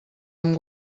amb